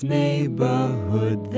neighborhood